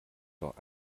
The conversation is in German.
doch